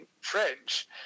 French